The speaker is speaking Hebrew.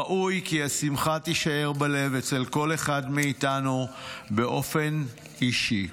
ראוי כי השמחה תישאר בלב אצל כל אחד מאיתנו באופן אישי.